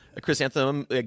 chrysanthemum